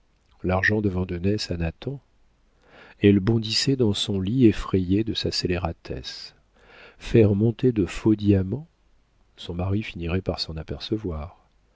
repoussait l'argent de vandenesse à nathan elle bondissait dans son lit effrayée de sa scélératesse faire monter de faux diamants son mari finirait par s'en apercevoir